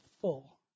full